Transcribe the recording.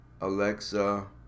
Alexa